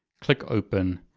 click open.